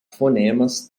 fonemas